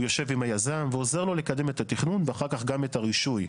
הוא יושב עם היזם ועוזר לו לקדם את התכנון ואחר כך גם את הרישוי,